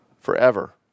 forever